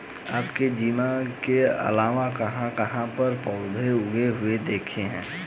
आपने जमीन के अलावा कहाँ कहाँ पर पौधे उगे हुए देखे हैं?